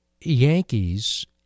Yankees